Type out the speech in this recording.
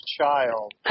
child